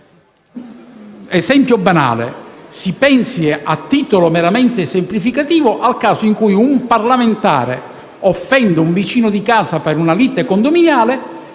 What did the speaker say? esempio banale: «Si pensi a titolo meramente esemplificativo al caso in cui un parlamentare offenda un vicino di casa per una lite condominiale,